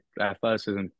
athleticism